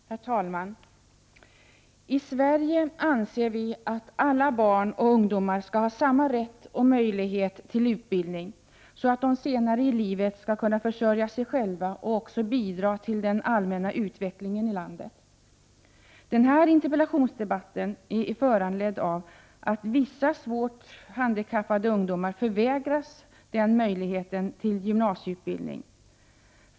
Herr talman! I Sverige anser vi att alla barn och ungdomar skall ha samma rätt och möjlighet till utbildning, så att de senare i livet skall kunna försörja sig själva och också bidra till den allmänna utvecklingen i landet. Den här interpellationsdebatten är föranledd av att vissa svårt handikappade ungdomar förvägras denna möjlighet till gymnasieutbildning.